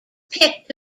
picked